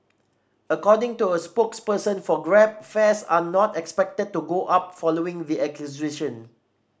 according to a spokesperson for Grab fares are not expected to go up following the acquisition